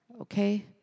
Okay